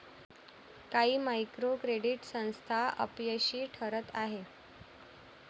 काही micro credit संस्था अपयशी ठरत आहेत